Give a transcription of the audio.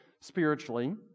spiritually